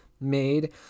made